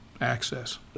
access